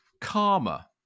karma